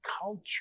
culture